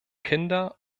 kinder